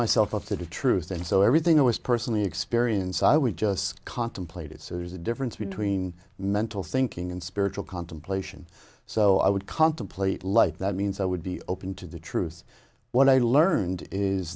myself up to the truth and so everything i was personally experience i would just contemplated so there's a difference between mental thinking and spiritual contemplation so i would contemplate like that means i would be open to the truth what i learned is